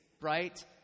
right